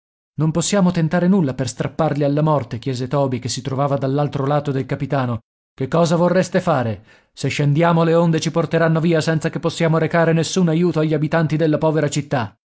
non possiamo tentare nulla per strapparli alla morte chiese toby che si trovava dall'altro lato del capitano che cosa vorreste fare se scendiamo le onde ci porteranno via senza che possiamo recare nessun aiuto agli abitanti della povera città